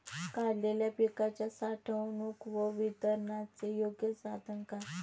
काढलेल्या पिकाच्या साठवणूक व वितरणाचे योग्य साधन काय?